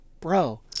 Bro